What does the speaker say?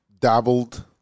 dabbled